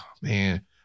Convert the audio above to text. Man